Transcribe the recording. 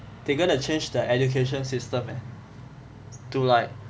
they going to change the education system eh to like